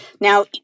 Now